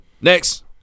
Next